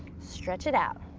stretch it out.